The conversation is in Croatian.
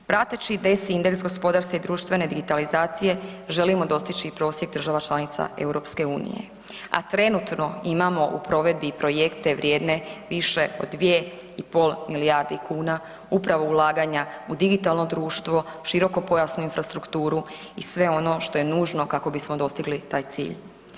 Prateći …/nerazumljivo/… gospodarske i društvene digitalizacije želimo dostići i prosjek država članica EU, a trenutno imamo u provedbi i projekte vrijedne više od 2,5 milijardi kuna upravo ulaganja u digitalno društvo, širokopojasnu infrastrukturu i sve ono što je nužno kako bismo dostigli taj cilj.